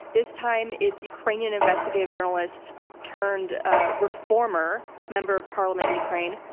this time it's ukrainian investigative journalist turned ah reformer member of parliament in ukraine,